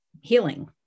healing